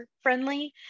friendly